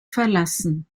verlassen